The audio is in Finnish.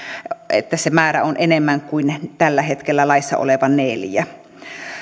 että se määrä on enemmän kuin tällä hetkellä laissa oleva neljä